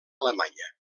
alemanya